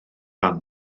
fan